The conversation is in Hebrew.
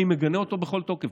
ואני מגנה אותו בכל תוקף,